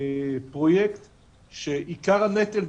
בפרויקט שעיקר הנטל,